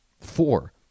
Four